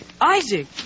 Isaac